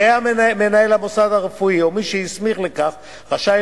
יהיה מנהל המוסד הרפואי או מי שהסמיך לכך רשאי